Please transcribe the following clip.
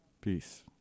Peace